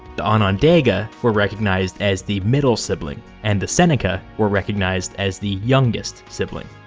the onondaga were recognized as the middle sibling, and the seneca were recognized as the youngest sibling.